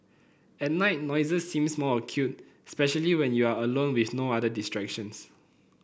at night noises seems more acute especially when you are alone with no other distractions